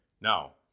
Now